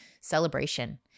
celebration